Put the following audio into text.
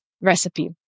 recipe